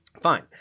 fine